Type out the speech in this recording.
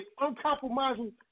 uncompromising